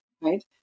right